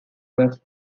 was